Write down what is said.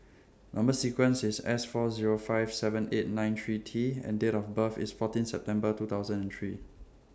Number sequence IS S four Zero five seven eight nine three T and Date of birth IS fourteen September two thousand and three